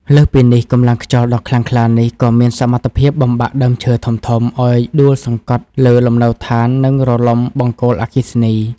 លើសពីនេះ កម្លាំងខ្យល់ដ៏ខ្លាំងក្លានេះក៏មានសមត្ថភាពបំបាក់ដើមឈើធំៗឱ្យដួលសង្កត់លើលំនៅដ្ឋាន និងរលំបង្គោលអគ្គិសនី។